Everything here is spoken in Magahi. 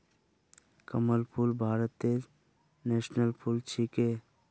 कमल फूल भारतेर नेशनल फुल छिके